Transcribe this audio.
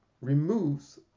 removes